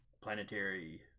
planetary